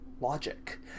logic